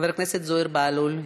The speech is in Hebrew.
חבר הכנסת זוהיר בהלול,